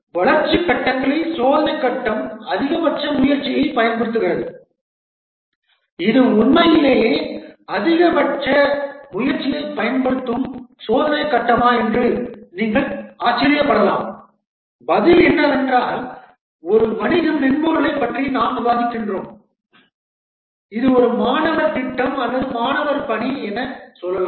ஆனால் வளர்ச்சிக் கட்டங்களில் சோதனை கட்டம் அதிகபட்ச முயற்சியைப் பயன்படுத்துகிறது இது உண்மையிலேயே அதிகபட்ச முயற்சியைப் பயன்படுத்தும் சோதனைக் கட்டமா என்று நீங்கள் ஆச்சரியப்படலாம் பதில் என்னவென்றால் ஒரு வணிக மென்பொருளைப் பற்றி நாம் விவாதிக்கிறோம் இது ஒரு மாணவர் திட்டம் அல்லது மாணவர் பணி எனலாம்